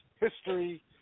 history